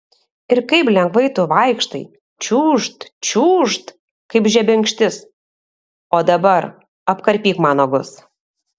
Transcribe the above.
ir kaip lengvai tu vaikštai čiūžt čiūžt kaip žebenkštis o dabar apkarpyk man nagus